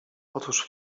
otóż